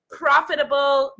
profitable